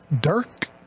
Dirk